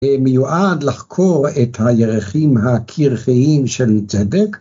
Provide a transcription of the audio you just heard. ‫מיועד לחקור את הירחים ‫הקרחיים של צדק.